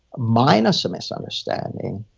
minus a misunderstanding,